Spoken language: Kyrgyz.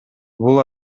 бул